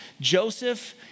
Joseph